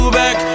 back